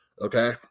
okay